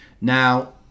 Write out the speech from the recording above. Now